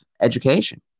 education